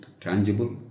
tangible